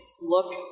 look